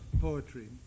poetry